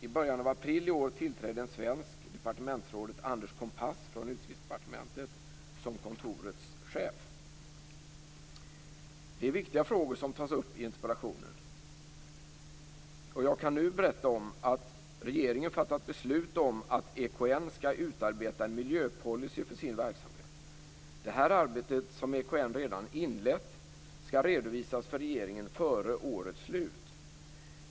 I början av april i år tillträdde en svensk, departementsrådet Anders Kompass från Utrikesdepartementet, som kontorets chef. Det är viktiga frågor som tas upp i interpellationen. Jag kan nu berätta om att regeringen fattat beslut om att EKN skall utarbeta en miljöpolicy för sin verksamhet. Det här arbetet, som EKN redan inlett, skall redovisas för regeringen före årets slut.